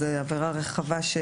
זו עבירה רחבה.